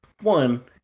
one